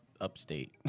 upstate